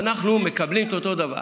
ואנחנו מקבלים את אותו דבר.